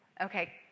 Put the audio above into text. Okay